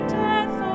death